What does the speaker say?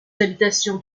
habitations